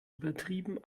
übertrieben